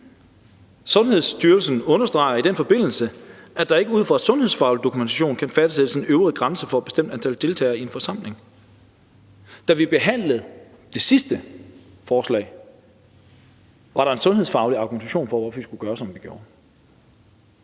Sundhedsstyrelsen understreger i den forbindelse, at der ikke ud fra en sundhedsfaglig dokumentation kan fastsættes en øvre grænse for et bestemt antal deltagere i en forsamling. Da vi behandlede det sidste forslag, var der en sundhedsfaglig argumentation for, hvorfor vi skulle gøre, som vi gjorde.